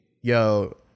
yo